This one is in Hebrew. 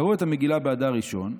קראו את המגילה באדר ראשון,